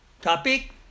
Topic